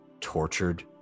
tortured